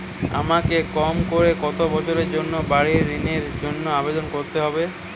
আমাকে কম করে কতো বছরের জন্য বাড়ীর ঋণের জন্য আবেদন করতে হবে?